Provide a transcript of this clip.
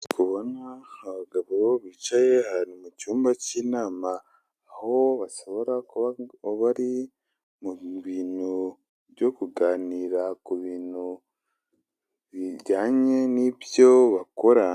Aha ubona hari abagabo bicaye hari mu cyumba cy'inama, aho bashobora kuba bari mu bintu byo kuganira ku bintu bijyanye n'ibyo bakora.